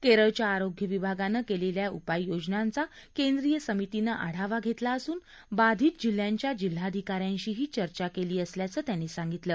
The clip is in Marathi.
केरळच्या आरोग्यविभागानं केलेल्या उपाययोजनांचा केंद्रीय समितीनं आढावा घेतला असून बाधित जिल्ह्यांच्या जिल्हाधिकाऱ्यांशीही चर्चा केली असल्याचं त्यांनी सांगितलं